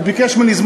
הוא ביקש ממני,